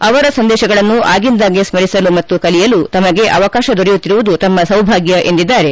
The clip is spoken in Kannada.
ಅವರ ಸಂದೇಶಗಳನ್ನು ಆಗಿಂದಾಗ್ಗೆ ಸ್ಕರಿಸಲು ಮತ್ತು ಕಲಿಯಲು ತಮಗೆ ಅವಕಾಶ ದೊರೆಯುತ್ತಿರುವುದು ತಮ್ಮ ಸೌಭಾಗ್ಯ ಎಂದಿದ್ದಾರೆ